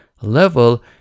level